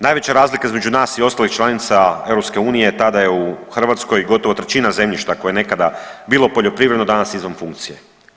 Najveća razlika između nas i ostalih članica EU tada je u Hrvatskoj gotovo trećina zemljišta koja je nekada bilo poljoprivredno danas izvan funkcije.